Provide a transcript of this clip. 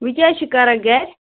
وۅنۍ کیٛاہ حظ چھُ کران گَرِ